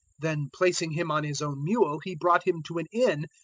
then placing him on his own mule he brought him to an inn,